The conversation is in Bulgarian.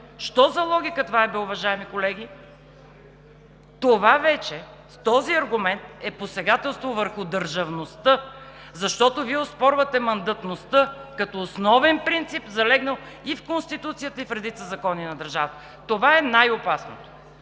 Що за логика е това бе, уважаеми колеги? Това вече, с този аргумент, е посегателство върху държавността, защото Вие оспорвате мандатността като основен принцип, залегнал и в Конституцията, и в редица закони на държавата. Това е най-опасното